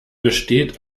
besteht